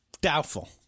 Doubtful